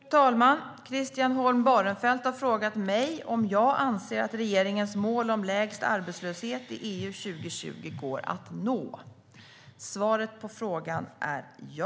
Fru talman! Christian Holm Barenfeld har frågat mig om jag anser att regeringens mål om lägst arbetslöshet i EU 2020 går att nå. Svaret på frågan är ja.